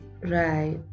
Right